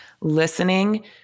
listening